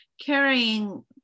carrying